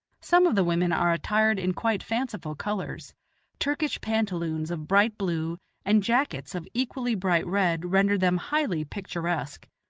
some of the women are attired in quite fanciful colors turkish pantaloons of bright blue and jackets of equally bright red render them highly picturesque,